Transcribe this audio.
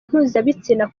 mpuzabitsina